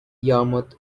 yarmouth